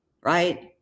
Right